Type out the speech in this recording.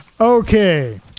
Okay